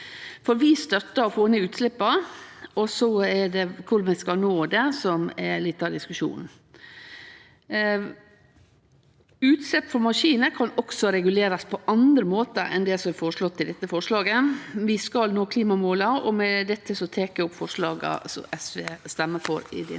vi støttar å få ned utsleppa, og så er det korleis vi skal nå det, som er litt av diskusjonen. Utslepp frå maskinar kan også regulerast på andre måtar enn det som er føreslått i dette forslaget. Vi skal nå klimamåla. – Og med dette tek eg opp forslaga som SV stemmer for i denne